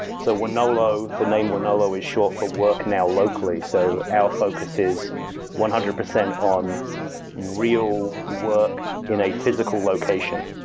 so wonolo, the name wonolo is short for work now locally. so our focus is one hundred percent on real work in a physical location.